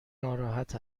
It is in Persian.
ناراحت